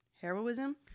heroism